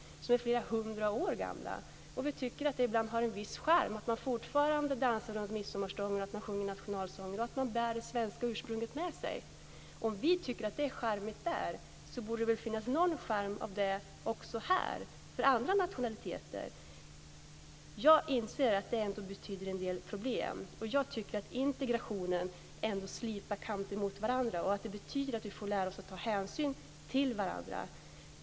Vi tycker ibland att det har en viss charm att de fortfarande dansar kring midsommarstången, sjunger nationalsången och att de bär det svenska ursprunget med sig. Om vi tycker att det är charmigt där, borde det finnas någon charm av det också här för andra nationaliteter. Jag inser att detta ändå betyder en del problem. Integrationen slipar kanter mot varandra. Vi får lära oss att ta hänsyn till varandra.